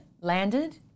landed